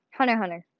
Hunter-Hunter